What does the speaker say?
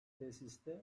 tesiste